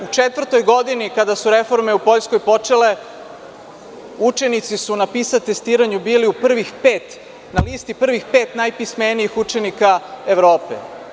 U četvrtoj godini kada su reforme u Poljskoj počele učenici su na PISA testiranju u prvih pet, na listi prvih pet najpismenijih učenika Evrope.